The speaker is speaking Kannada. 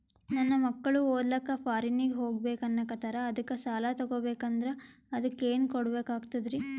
ನನ್ನ ಮಕ್ಕಳು ಓದ್ಲಕ್ಕ ಫಾರಿನ್ನಿಗೆ ಹೋಗ್ಬಕ ಅನ್ನಕತ್ತರ, ಅದಕ್ಕ ಸಾಲ ತೊಗೊಬಕಂದ್ರ ಅದಕ್ಕ ಏನ್ ಕೊಡಬೇಕಾಗ್ತದ್ರಿ?